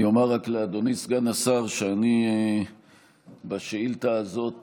אני אומר רק לאדוני סגן השר שאני בשאילתה הזאת